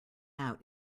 out